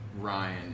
ryan